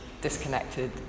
disconnected